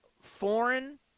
foreign